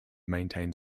maintained